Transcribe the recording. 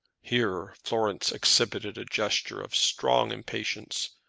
here florence exhibited a gesture of strong impatience,